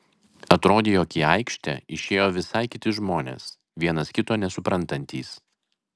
atrodė jog į aikštę išėjo visai kiti žmonės vienas kito nesuprantantys